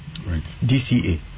DCA